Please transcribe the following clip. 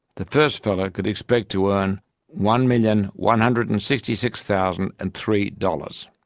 the first fellow could expect to earn one million one hundred and sixty six thousand and three dollars.